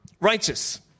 Righteous